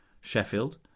Sheffield